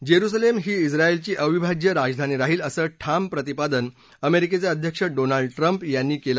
Jerusalem ही झाएलची अविभाज्य राजधानी राहील असं ठाम प्रतिपादन अमेरिकेचे अध्यक्ष डोनाल्ड ट्रम्प यांनी केला